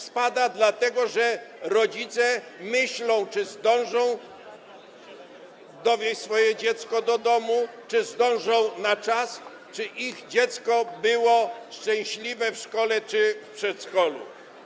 Spada dlatego, że rodzice myślą, czy zdążą dowieźć swoje dziecko do domu, czy zdążą na czas, czy ich dziecko było szczęśliwe w szkole czy w przedszkolu.